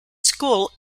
school